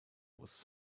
was